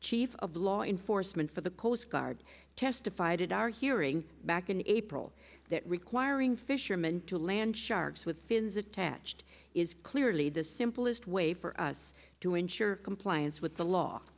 chief of law enforcement for the coast guard testified at our hearing back in april that requiring fisherman to land sharks with fins attached is clearly the simplest way for us to ensure compliance with the law